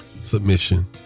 submission